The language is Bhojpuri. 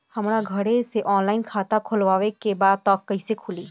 हमरा घरे से ऑनलाइन खाता खोलवावे के बा त कइसे खुली?